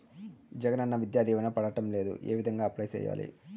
జగనన్న విద్యా దీవెన పడడం లేదు ఏ విధంగా అప్లై సేయాలి